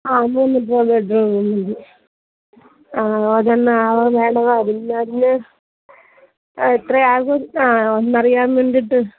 ആ മൂന്ന് ബെഡ്റൂം മതി ആ അ അത് തന്നെ ഒന്ന് അറിയാൻ വേണ്ടിയിട്ട്